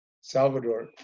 salvador